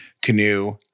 Canoe